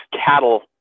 cattle